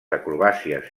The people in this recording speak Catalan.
acrobàcies